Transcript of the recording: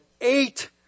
eight